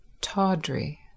tawdry